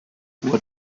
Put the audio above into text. what